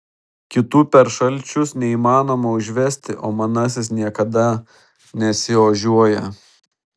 kitų per šalčius neįmanoma užvesti o manasis niekada nesiožiuoja